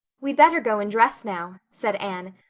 we'd better go and dress now, said anne,